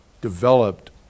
developed